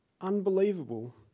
unbelievable